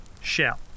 Shell